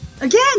Again